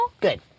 Good